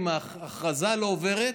אם ההכרזה לא עוברת,